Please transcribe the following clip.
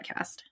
Podcast